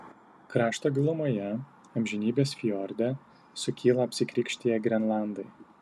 krašto gilumoje amžinybės fjorde sukyla apsikrikštiję grenlandai